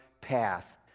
path